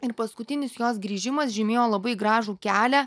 ir paskutinis jos grįžimas žymėjo labai gražų kelią